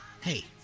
Hey